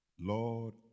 Lord